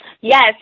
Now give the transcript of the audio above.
Yes